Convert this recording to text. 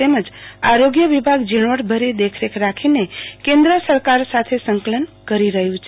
તેમજ આરોગ્ય વિભાગ જીણવટ ભરી દેખરખ રાખીને કેન્દ્ર સરકાર સાથે સંકલન કરી રહયું છે